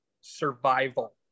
survival